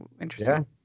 Interesting